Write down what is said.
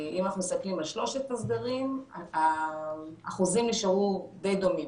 אם אנחנו מסתכלים על שלושת הסגרים האחוזים נשארו די דומים,